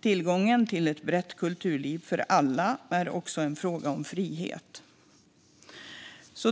Tillgången till ett brett kulturliv för alla är också en fråga om frihet.